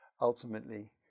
ultimately